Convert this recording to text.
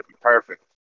perfect